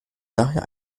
daher